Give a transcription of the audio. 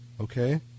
okay